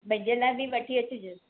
मुंहिजे लाइ बि वठी अचिजे